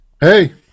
Hey